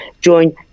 join